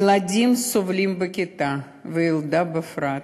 ילדים סובלים בכיתה, והילדה בפרט.